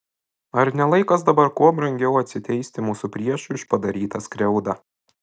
ar ne laikas dabar kuo brangiau atsiteisti mūsų priešui už padarytą skriaudą